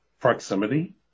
proximity